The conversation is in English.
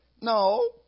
No